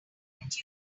moment